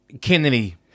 Kennedy